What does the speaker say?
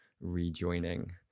rejoining